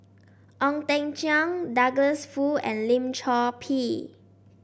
Ong Teng Cheong Douglas Foo and Lim Chor Pee